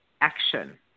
action